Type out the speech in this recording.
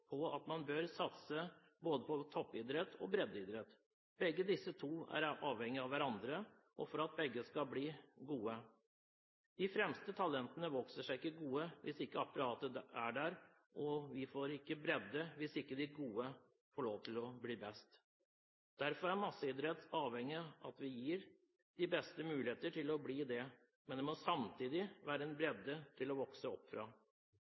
både toppidrett og breddeidrett. Begge deler er avhengig av hverandre for å bli gode. De fremste talentene vokser seg ikke gode hvis ikke apparatet er der, og vi får ikke bredde hvis ikke de gode får lov til å bli best. Derfor er masseidrett avhengig av at vi gir de beste mulighet til å bli best, men det må samtidig være bredde å vokse opp fra.